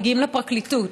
מגיעים לפרקליטות.